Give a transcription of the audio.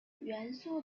元素